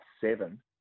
seven